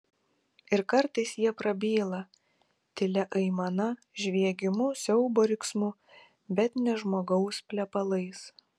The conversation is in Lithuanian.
ir kartais jie prabyla tylia aimana žviegimu siaubo riksmu bet ne žmogaus plepalais